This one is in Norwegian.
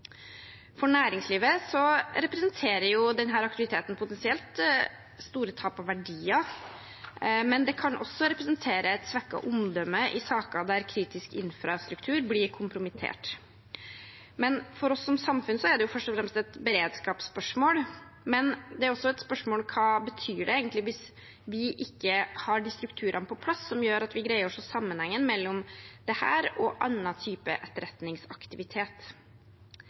For næringslivet representerer denne aktiviteten potensielt store tap av verdier, men det kan også representere et svekket omdømme i saker der kritisk infrastruktur blir kompromittert. For oss som samfunn er det først og fremst et beredskapsspørsmål, men det er også et spørsmål om hva det betyr hvis vi ikke har de strukturene på plass som gjør at vi greier å se sammenhengen mellom dette og andre typer etterretningsaktivitet.